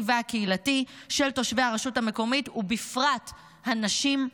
והקהילתי של תושבי הרשות המקומית ובפרט הנשים,